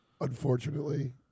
unfortunately